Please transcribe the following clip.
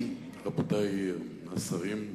רבותי השרים,